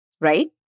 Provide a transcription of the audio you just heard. right